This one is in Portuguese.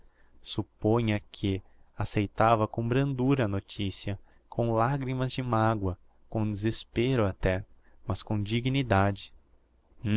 supponha que acceitava com brandura a noticia com lagrimas de magua com desespero até mas com dignidade